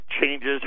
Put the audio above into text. changes